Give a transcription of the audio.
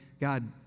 God